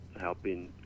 helping